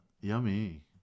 Yummy